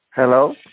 Hello